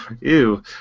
Ew